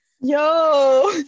yo